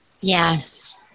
Yes